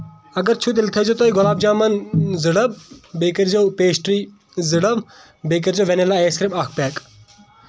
اَگر چھو تیٚلہِ تھٲیزیٚو تُہۍ گۄلاب جامن زٕ ڈبہٕ بیٚیہِ کٔرزیٚو پیسٹری زٕ ڈَبہٕ بیٚیہِ کٔرزو وینلا آیس کریم اکھ پیک